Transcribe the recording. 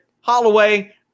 Holloway